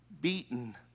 beaten